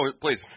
please